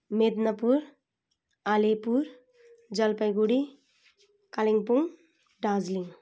Medinipur Alipur Jalpaiguri Kalimpong Darjeeling